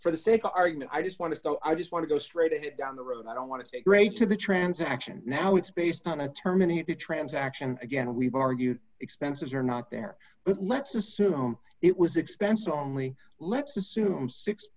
for the sake of argument i just want to go i just want to go straight down the road i don't want to say great to the transaction now it's based on a terminated transaction again we've argued expenses are not there but let's assume it was expense only let's assume six